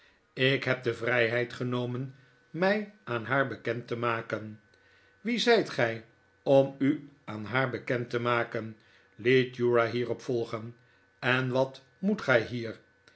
ik heb de vrijheid genomen mij aan haar bekend te maken wie zijt gij om u aan haar bekend te maken liet uriah hierop volgen en wat moet gij hier